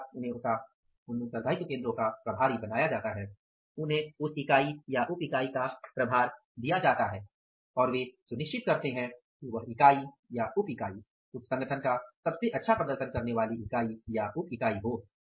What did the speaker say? अर्थात उन्हें प्रभारी बनाया जाता है उन्हें उस इकाई या उप इकाई का प्रभार दिया जाता है और वे सुनिश्चित करते हैं कि वह इकाई या उप इकाई उस संगठन का सबसे अच्छा प्रदर्शन करने वाली इकाई या उप इकाई हो